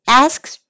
asks